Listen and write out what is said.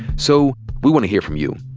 so we want to hear from you.